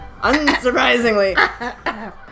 unsurprisingly